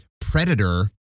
predator